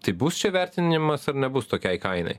tai bus čia vertinimas ar nebus tokiai kainai